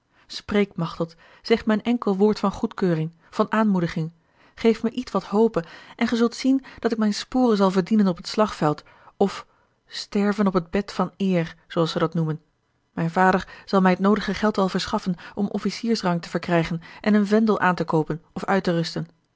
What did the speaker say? spreek machteld zeg me een enkel woord van goedkeuring van aanmoediging geef me ietwat hope en gij zult zien dat ik mijne sporen zal verdienen op het slagveld of sterven op het bed van eer zooals ze dat noemen mijn vader zal mij het noodige geld wel verschaffen om officiersrang te verkrijgen en een vendel aan te koopen of uit te rusten